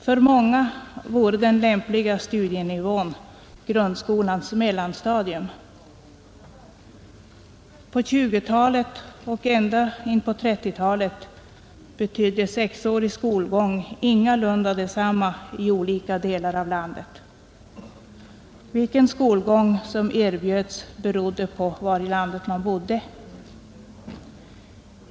För många av dessa vore den lämpliga studienivån grundskolans mellanstadium. På 1920-talet och ända in på 1930-talet betydde sexårig skolgång ingalunda detsamma i olika delar av landet, Vilken skolgång som erbjöds berodde på var i landet man bodde.